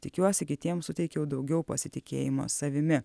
tikiuosi kitiem suteikiau daugiau pasitikėjimo savimi